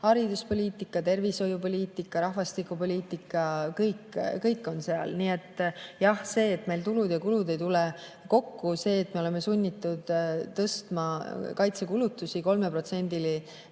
hariduspoliitika, tervishoiupoliitika, rahvastikupoliitika. Kõik on seal. Nii et jah, see, et meil tulud ja kulud ei tule kokku, ja see, et me oleme sunnitud tõstma kaitsekulutusi 3%-le SKT-st,